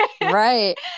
Right